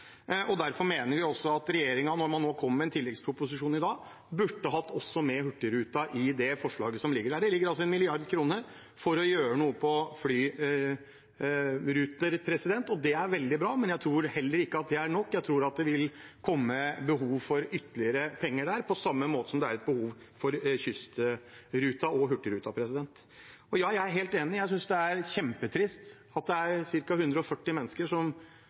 og derfor mener vi at regjeringen, når man nå kom med en tilleggsproposisjon i dag, også burde hatt med Hurtigruten i det forslaget som ligger der. Det ligger 1 mrd. kr inne for å gjøre noe på flyruter, og det er veldig bra, men jeg tror heller ikke at det er nok. Jeg tror det vil komme behov for ytterligere penger til det, på samme måte som det er et behov for kystruten og Hurtigruten. Jeg er helt enig i at det er kjempetrist at det er ca. 140 mennesker som